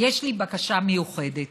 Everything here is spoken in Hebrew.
יש לי בקשה מיוחדת: